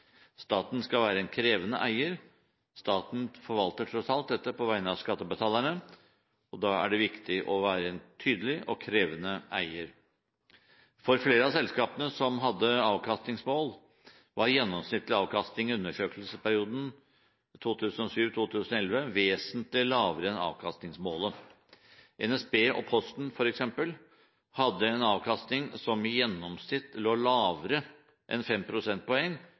Staten skal være en krevende eier. Staten forvalter tross alt dette på vegne av skattebetalerne, og da er det viktig å være en tydelig og krevende eier. For flere av selskapene som hadde avkastningsmål, var gjennomsnittlig avkastning i undersøkelsesperioden 2007–2011 vesentlig lavere enn avkastningsmålet. NSB og Posten, f.eks., hadde en avkastning som i gjennomsnitt lå lavere enn